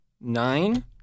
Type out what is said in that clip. nine